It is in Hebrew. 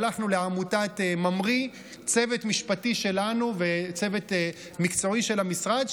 שלחנו לעמותת "ממריא" צוות משפטי שלנו וצוות מקצועי של המשרד,